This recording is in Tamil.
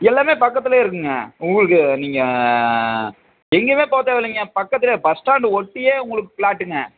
எல்லாமே பக்கத்திலயே இருக்குதுங்க உங்களுக்கு நீங்கள் எங்கேயுமே போகத் தேவையில்லைங்க பக்கத்திலயே பஸ் ஸ்டாண்டு ஒட்டியே உங்களுக்கு ஃப்ளாட்டுங்க